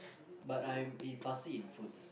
but I'm in fussy in food ah